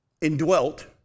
indwelt